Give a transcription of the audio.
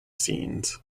scenes